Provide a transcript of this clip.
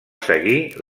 seguir